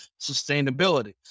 sustainability